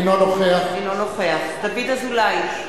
אינו נוכח דוד אזולאי,